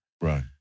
Right